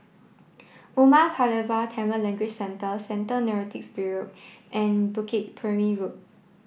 Umar Pulavar Tamil Language Centre Central Narcotics Bureau and Bukit Purmei Road